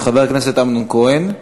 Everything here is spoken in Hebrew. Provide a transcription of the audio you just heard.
של חבר הכנסת אמנון כהן.